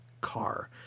car